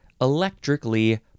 Electrically